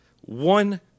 one